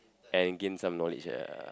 and gain some knowledge ya